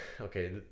okay